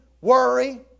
worry